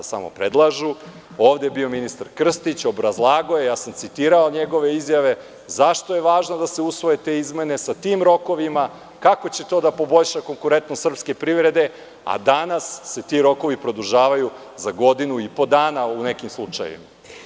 Ovde je bio ministar Krstić, obrazlagao je, ja sam citirao njegove izjave, zašto je važno da se usvoje te izmene sa tim rokovima, kako će to da poboljša konkurentnost srpske privrede, a danas se ti rokovi produžavaju za godinu i po dana u nekim slučajevima.